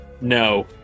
No